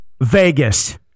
Vegas